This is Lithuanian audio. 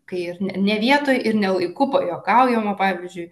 kai ir ne vietoj ir ne laiku pajuokaujama pavyzdžiui